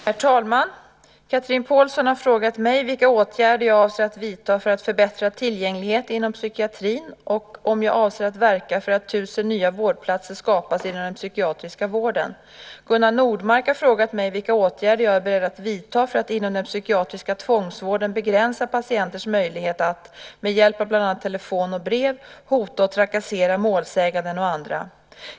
Herr talman! Chatrine Pålsson har frågat mig vilka åtgärder jag avser att vidta för att förbättra tillgängligheten inom psykiatrin och om jag avser att verka för att 1 000 nya vårdplatser skapas inom den psykiatriska vården. Gunnar Nordmark har frågat mig vilka åtgärder jag är beredd att vidta för att inom den psykiatriska tvångsvården begränsa patienters möjlighet att, med hjälp av bland annat telefon och brev, hota och trakassera målsäganden och andra.